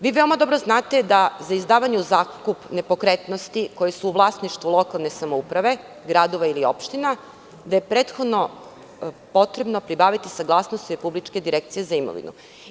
Vi veoma dobro znate da je za izdavanje u zakup nepokretnosti koje su u vlasništvu lokalne samouprave, gradova ili opština prethodno potrebno pribaviti saglasnost Republičke direkcije za imovinu.